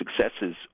successes